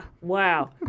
Wow